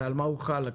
ועל מה הוא הוחל?